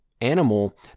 animal